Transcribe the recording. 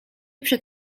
przed